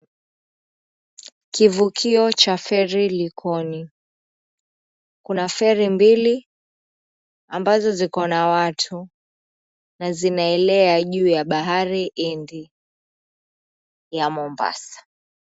Kivukio cha feri Likoni. Kuna feri mbili ambazo ziko na watu na zinaelea juu ya bahari hindi ya Mombasa.